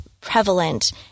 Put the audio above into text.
prevalent